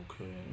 Okay